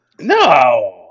No